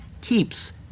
keeps